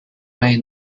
may